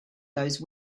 those